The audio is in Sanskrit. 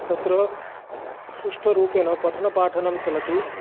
तत्र सुष्ठुरूपेण पठनपाठनं चलति